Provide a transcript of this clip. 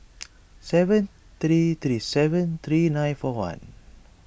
six three three seven three nine four one